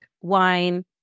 wine